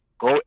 go